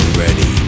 ready